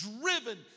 driven